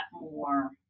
more